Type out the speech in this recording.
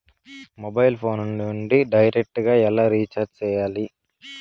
mobile phone నుండి direct గా ఎలా రీచార్జి సేయాలి